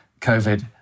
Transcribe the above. covid